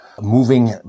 moving